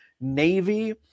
Navy